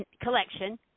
collection